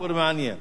סיפור מעניין.